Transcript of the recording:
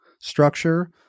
structure